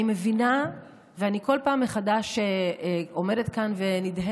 אני מבינה, ואני כל פעם מחדש עומדת כאן ונדהמת